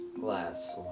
Glass